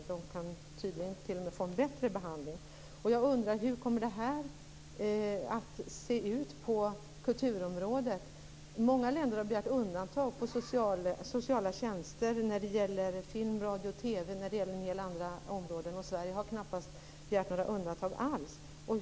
De kan tydligen t.o.m. få en bättre behandling. Jag undrar hur det här kommer att se ut på kulturområdet. Många länder har begärt undantag när det gäller sociala tjänster, film, radio och TV och en hel del andra områden. Sverige har knappast begärt några undantag alls.